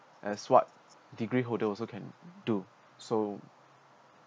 as what degree holder also can do so